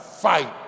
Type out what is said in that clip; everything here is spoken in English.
fight